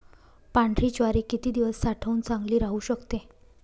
पांढरी ज्वारी किती दिवस साठवून चांगली राहू शकते?